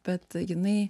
bet jinai